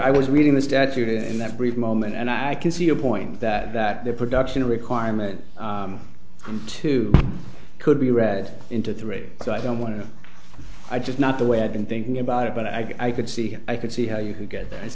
i was reading the statute in that brief moment and i can see your point that that there production requirement to could be read into three so i don't want to i just not the way i've been thinking about it but i could see i could see how you could get that it's